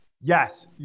Yes